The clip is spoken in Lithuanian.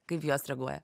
kaip jos reaguoja